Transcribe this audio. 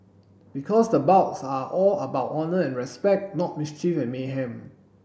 because the bouts are all about honour and respect not mischief and mayhem